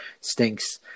stinks